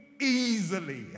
Easily